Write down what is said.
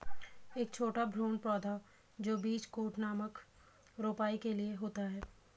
एक छोटा भ्रूण पौधा जो बीज कोट नामक रोपाई के लिए होता है